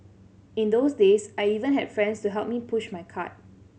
in those days I even had friends to help me push my cart